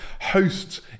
hosts